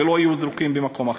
ולא יהיו זרוקים במקום אחר.